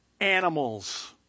animals